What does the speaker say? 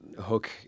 Hook